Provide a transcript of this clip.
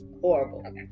horrible